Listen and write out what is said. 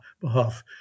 behalf